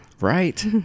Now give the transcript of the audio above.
Right